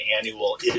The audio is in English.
annual